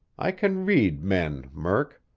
i can read men, murk.